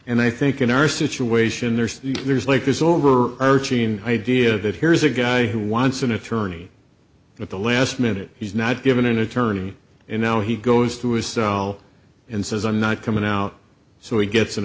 and i think in our situation there's there's like there's over thirteen idea that here's a guy who wants an attorney at the last minute he's not given an attorney you know he goes to his cell and says i'm not coming out so he gets an